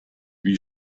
wie